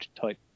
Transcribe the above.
type